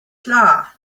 klar